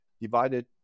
divided